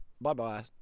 bye-bye